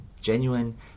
genuine